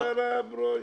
מה קרה, ברושי?